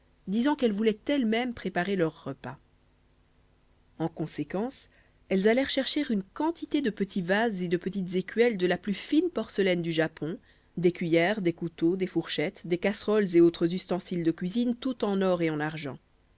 disant qu'elles voulaient elles-mêmes préparer leur repas en conséquence elles allèrent chercher une quantité de petits vases et de petites écuelles de la plus fine porcelaine du japon des cuillers des couteaux des fourchettes des casseroles et autres ustensiles de cuisine tout en or et en argent